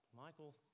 Michael